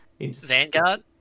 Vanguard